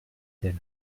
elle